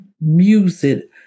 music